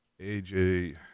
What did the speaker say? AJ